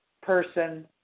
person